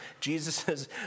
Jesus